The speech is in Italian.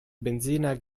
benzina